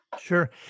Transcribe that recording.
Sure